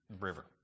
river